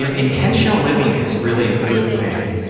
you know intentional living is really a good thing.